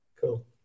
Cool